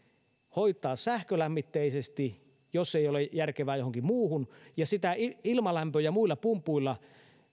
hoitaa sähkölämmitteiseksi jos ei ole järkevää johonkin muuhun ja sitä ilmalämpö ja muilla pumpuilla